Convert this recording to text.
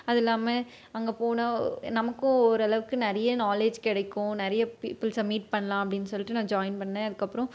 அதுவும் இல்லாமல் அங்கே போனால் நமக்கும் ஓரளவுக்கு நிறைய நாலேஜ் கிடைக்கும் நிறைய பீப்பிள்ஸை மீட் பண்ணலாம் அப்டின்னு சொல்லிட்டு நான் ஜாயின் பண்ணே அதுக்கப்றம்